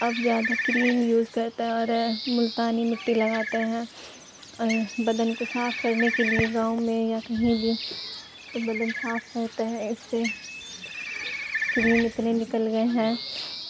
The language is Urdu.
اب زیادہ کریم یوز کرتے ہیں اور ملتانی مٹی لگاتے ہیں اور بدن کو صاف کرنے کے لیے گاؤں میں یا کہیں بھی تو بدن صاف کرتے ہیں اس سے کریم اتنے نکل گئے ہیں